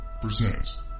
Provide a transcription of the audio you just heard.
presents